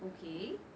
okay